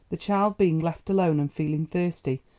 the child being left alone, and feeling thirsty,